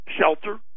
shelter